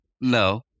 No